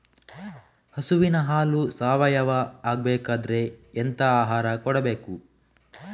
ಹಸುವಿನ ಹಾಲು ಸಾವಯಾವ ಆಗ್ಬೇಕಾದ್ರೆ ಎಂತ ಆಹಾರ ಕೊಡಬೇಕು?